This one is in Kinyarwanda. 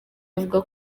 avuga